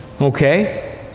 okay